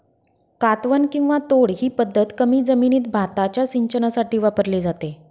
कातवन किंवा तोड ही पद्धत कमी जमिनीत भाताच्या सिंचनासाठी वापरली जाते